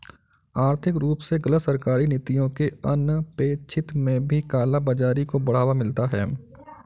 आर्थिक रूप से गलत सरकारी नीतियों के अनपेक्षित में भी काला बाजारी को बढ़ावा मिलता है